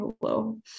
hello